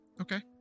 Okay